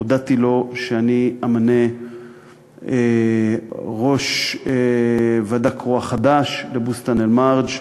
הודעתי לו שאני אמנה ראש ועדה קרואה חדש לבוסתאן-אלמרג'